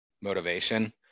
motivation